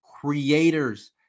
creators